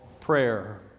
prayer